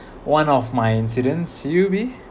one of my incidents you B